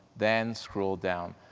then scroll down,